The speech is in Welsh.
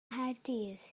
nghaerdydd